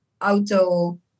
auto